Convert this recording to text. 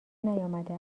نیامده